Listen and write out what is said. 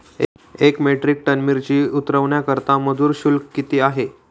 एक metric ton मिरची उतरवण्याकरता मजूर शुल्क किती आहे?